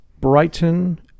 Brighton